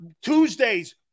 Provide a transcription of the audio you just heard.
Tuesdays